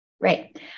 Right